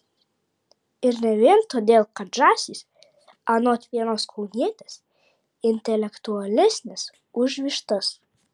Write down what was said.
ir ne vien todėl kad žąsys anot vienos kaunietės intelektualesnės už vištas